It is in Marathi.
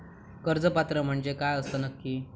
कर्ज पात्र म्हणजे काय असता नक्की?